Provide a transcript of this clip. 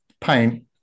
paint